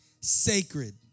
sacred